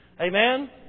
Amen